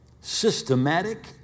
systematic